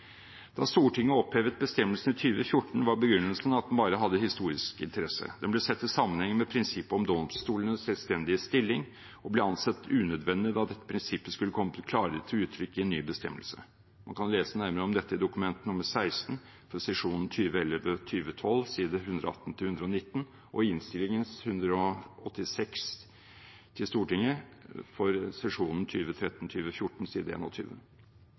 Da Stortinget opphevet bestemmelsen i 2014, var begrunnelsen at den bare hadde historisk interesse. Den ble satt i sammenheng med prinsippet om domstolenes selvstendige stilling og ble ansett unødvendig da dette prinsippet skulle komme klarere til uttrykk i en ny bestemmelse. Man kan lese nærmere om dette i Dokument nr. 16 for 2011–2012, s. 118–119, og i Innst. 186 S for 2013–2014, s. At bestemmelsens prinsipielle og